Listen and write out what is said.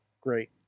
great